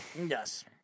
Yes